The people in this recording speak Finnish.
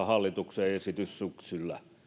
hallituksen esitys syksyllä